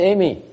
Amy